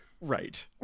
right